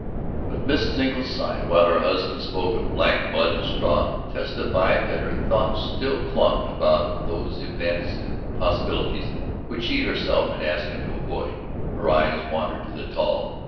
but mrs. engle's sigh, while her husband spoke of black mud and straw, testified that her thoughts still clung about those events and possibilities which she herself had asked him to avoid her eyes wandered to the tall,